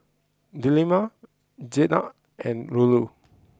Delima Jenab and Nurul